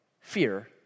fear